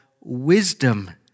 wisdom